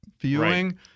viewing